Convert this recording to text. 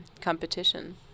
Competition